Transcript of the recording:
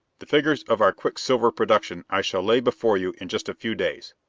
the figures of our quicksilver production i shall lay before you in just a few days.